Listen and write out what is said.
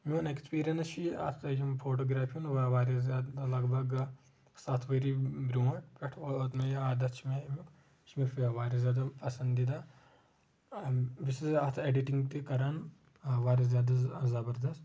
میون اٮ۪کٕس پیرنٕس چھُ یہِ اکھ یِم فوٹوگرافی ہُنٛد واریاہ زیادٕ لگ بگ ستھ ؤری برٛونٛٹھ پٮ۪ٹھ ووت مےٚ یہِ عادت چھُ مےٚ امیُک یہِ چھُ مےٚ واریاہ زیادٕ پسنٛدیٖدہ بہٕ چھُس اتھ اٮ۪ڈٹنٛگ تہِ کران واریاہ زیادٕ زبردست